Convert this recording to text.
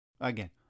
Again